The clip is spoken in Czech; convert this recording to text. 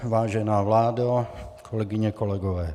Vážená vládo, kolegyně, kolegové.